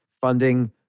funding